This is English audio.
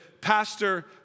Pastor